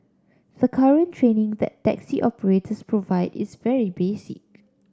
the current training that taxi operators provide is very basic